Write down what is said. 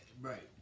Right